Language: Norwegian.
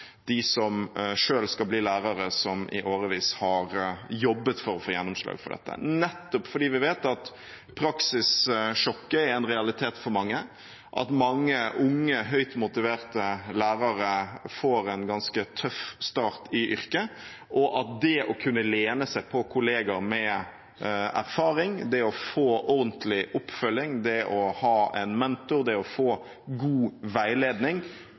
de som selv skal bli lærere, og som i årevis har jobbet for å få gjennomslag for dette, nettopp fordi vi vet at praksissjokket er en realitet for mange, at mange unge høyt motiverte lærere får en ganske tøff start i yrket, og at det å kunne lene seg på kollegaer med erfaring, det å få ordentlig oppfølging, det å ha en mentor og det å få god veiledning